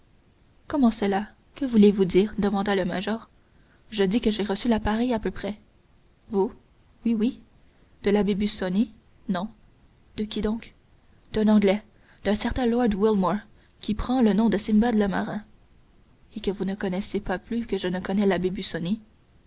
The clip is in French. c'est cela que voulez-vous dire demanda le major je dis que j'ai reçu la pareille à peu près vous oui moi de l'abbé busoni non de qui donc d'un anglais d'un certain lord wilmore qui prend le nom de simbad le marin et que vous ne connaissez pas plus que je ne connais l'abbé